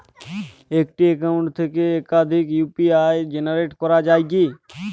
একটি অ্যাকাউন্ট থেকে একাধিক ইউ.পি.আই জেনারেট করা যায় কি?